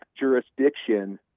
jurisdiction